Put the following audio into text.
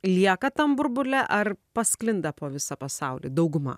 lieka tam burbule ar pasklinda po visą pasaulį dauguma